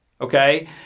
Okay